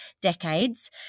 decades